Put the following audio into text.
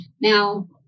now